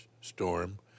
storm